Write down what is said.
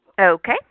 Okay